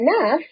enough